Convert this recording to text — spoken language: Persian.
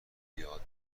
بیاد